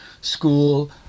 school